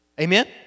Amen